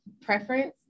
preference